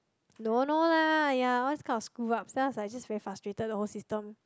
no no lah ya all these kind of screw ups then I was like just very frustrated the whole system